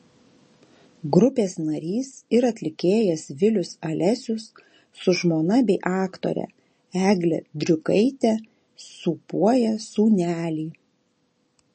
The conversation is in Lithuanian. grupės narys ir atlikėjas vilius alesius su žmona bei aktore egle driukaite sūpuoja sūnelį